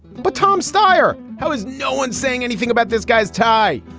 but tom stier, how is no one saying anything about this guy's tie?